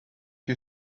you